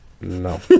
No